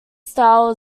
style